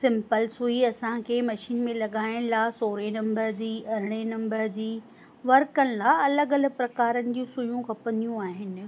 simple सुई असांखे machine में लॻाइण लाइ सोरे नंबर जी अरिड़हं नंबर जी वर्क कनि लाइ अलॻि अलॻि प्रकारनि जी सुयूं खपंदियूं आहिनि